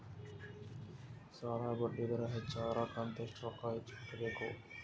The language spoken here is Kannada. ಸಾಲಾ ಬಡ್ಡಿ ದರ ಹೆಚ್ಚ ಆದ್ರ ಕಂತ ಎಷ್ಟ ರೊಕ್ಕ ಹೆಚ್ಚ ಕಟ್ಟಬೇಕು?